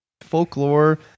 folklore